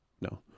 No